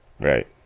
Right